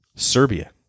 Serbia